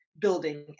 building